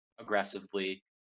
aggressively